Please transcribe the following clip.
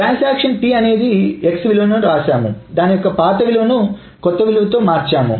transaction T అనేది X విలువను వ్రాసాము దాని యొక్క పాత విలువను కొత్త విలువతో మార్చాము